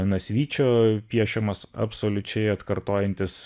nasvyčio piešiamas absoliučiai atkartojantis